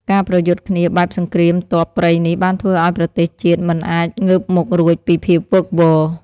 ការប្រយុទ្ធគ្នាបែបសង្គ្រាមទ័ពព្រៃនេះបានធ្វើឱ្យប្រទេសជាតិមិនអាចងើបមុខរួចពីភាពវឹកវរ។